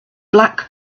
black